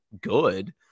good